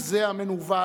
הוא זה המנוול,